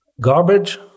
garbage